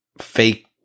fake